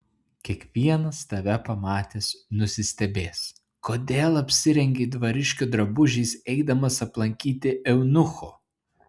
kiekvienas tave pamatęs nusistebės kodėl apsirengei dvariškio drabužiais eidamas aplankyti eunucho